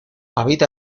habita